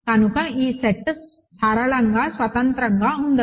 కనుక ఈ సెట్ సరళంగా స్వతంత్రంగా ఉండదు